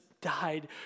died